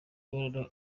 imibonano